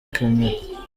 kemera